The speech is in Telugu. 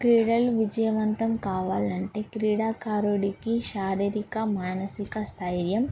క్రీడలు విజయవంతం కావాలంటే క్రీడాకారుడికి శారీరిక మానసిక స్థైర్యం